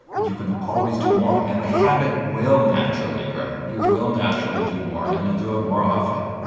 and you can always do more, and the habit will naturally grow, you will naturally do more and you'll do it more often.